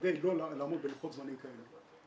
כדי לא לעמוד בלוחות זמנים כאלה,